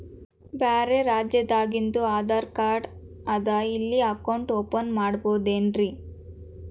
ಬ್ಯಾರೆ ರಾಜ್ಯಾದಾಗಿಂದು ಆಧಾರ್ ಕಾರ್ಡ್ ಅದಾ ಇಲ್ಲಿ ಅಕೌಂಟ್ ಓಪನ್ ಮಾಡಬೋದೇನ್ರಿ?